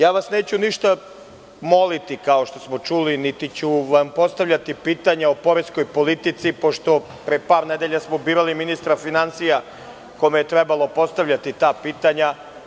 Neću vas ništa moliti, kao što smo čuli, niti ću vam postavljati pitanja o poreskoj politici, pošto pre par nedelja smo birali ministra finansija kome je trebalo postavljati ta pitanja.